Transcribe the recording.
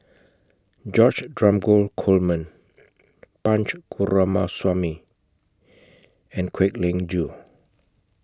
George Dromgold Coleman Punch Coomaraswamy and Kwek Leng Joo